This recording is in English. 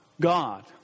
God